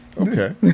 Okay